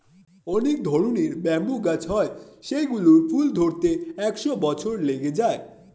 অনেক ধরনের ব্যাম্বু গাছ হয় যেই গুলোর ফুল ধরতে একশো বছর লেগে যায়